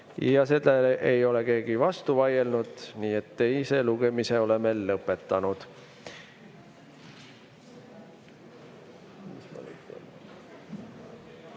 ja sellele ei ole keegi vastu vaielnud, nii et teise lugemise oleme lõpetanud.